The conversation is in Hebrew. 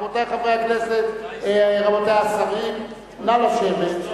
רבותי חברי הכנסת, רבותי השרים, נא לשבת.